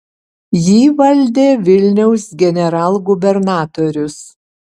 jį valdė vilniaus generalgubernatorius